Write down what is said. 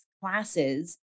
classes